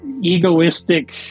egoistic